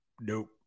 nope